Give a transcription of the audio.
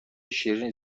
شیرین